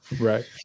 right